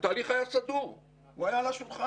התהליך היה סדור, הוא היה על השולחן.